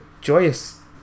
joyous